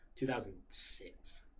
2006